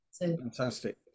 Fantastic